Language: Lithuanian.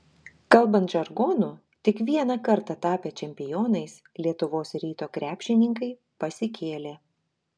kalbant žargonu tik vieną kartą tapę čempionais lietuvos ryto krepšininkai pasikėlė